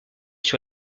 sur